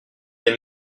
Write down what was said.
aime